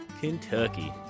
Kentucky